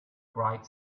bright